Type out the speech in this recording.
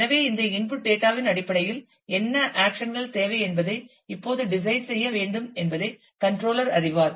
எனவே இந்த input data இன் அடிப்படையில் என்ன ஆக்சன் கள் தேவை என்பதை இப்போது டிசைட் செய்ய வேண்டும் என்பதை கண்ட்ரோலர் அறிவார்